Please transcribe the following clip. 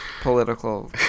political